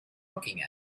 looking